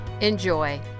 Enjoy